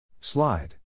Slide